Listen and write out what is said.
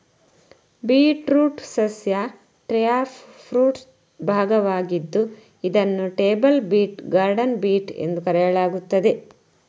beetroot ಸಸ್ಯ taproot ಭಾಗವಾಗಿದ್ದು ಇದನ್ನು ಟೇಬಲ್ ಬೀಟ್, ಗಾರ್ಡನ್ ಬೀಟ್ ಎಂದು ಕರೆಯಲಾಗುತ್ತದೆ